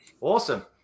awesome